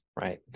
right